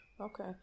Okay